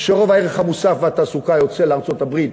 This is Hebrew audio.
שרוב הערך המוסף והתעסוקה יוצא לארצות-הברית,